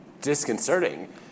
disconcerting